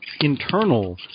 internal